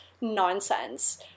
nonsense